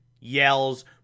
yells